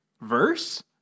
Verse